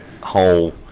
whole